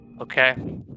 Okay